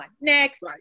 Next